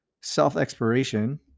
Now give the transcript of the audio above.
self-exploration